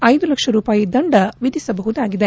ಐದು ಲಕ್ಷ ರೂಪಾಯಿ ದಂಡ ವಿಧಿಸಬಹುದಾಗಿದೆ